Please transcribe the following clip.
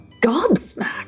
Gobsmacked